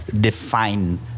define